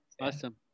Awesome